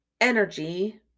energy